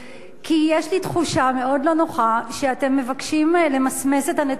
כי יש לי תחושה מאוד לא נוחה שאתם מבקשים למסמס את הנתונים האלה.